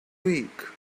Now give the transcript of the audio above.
week